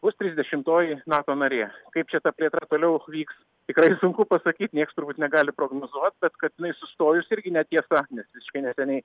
bus trisdešimtoji nato narė kaip čia ta plėtra toliau vyks tikrai sunku pasakyt nieks turbūt negali prognozuot bet kad jinai sustojus irgi netiesa nes visiškai neseniai